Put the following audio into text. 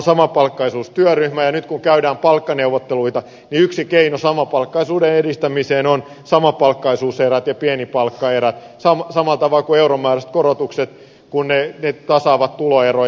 nyt kun käydään palkkaneuvotteluita niin yksi keino samapalkkaisuuden edistämiseen on samapalkkaisuuserät ja pienipalkkaerät samalla tavalla kuin euromääräiset korotukset kun ne tasaavat tuloeroja